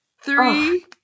three